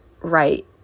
right